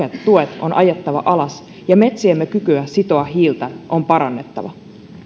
tuet on ajettava alas ja metsiemme kykyä sitoa hiiltä on parannettava